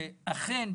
שאכן,